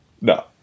No